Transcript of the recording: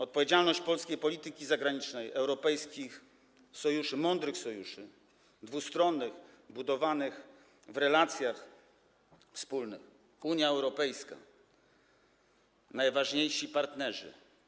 Odpowiedzialność polskiej polityki zagranicznej, europejskich sojuszy, mądrych sojuszy, dwustronnych, budowanych w relacjach wspólnych, Unia Europejska, najważniejsi partnerzy.